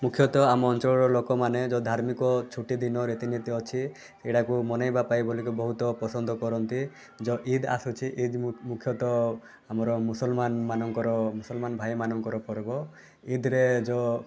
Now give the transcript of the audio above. ମୁଖ୍ୟତଃ ଆମ ଅଞ୍ଚଳର ଲୋକମାନେ ଯେଉଁ ଧାର୍ମିକ ଛୁଟି ଦିନରେ ରୀତିନୀତି ଅଛି ସେଇଟାକୁ ମନେଇବା ପାଇଁ ବୋଲି ବହୁତ ପସନ୍ଦ କରନ୍ତି ଯେଉଁ ଆସୁଛି ଇଦ୍ ମୁଖ୍ୟତଃ ଆମର ମୁସଲମାନ୍ ମାନଙ୍କର ମୁସଲମାନ୍ ଭାଇ ମାନଙ୍କର ପର୍ବ ଇଦ୍ରେ ଯେଉଁ